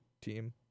team